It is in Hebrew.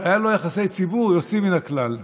אבל היו לו יחסי ציבור יוצאים מן הכלל.